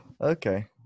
Okay